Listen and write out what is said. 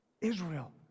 Israel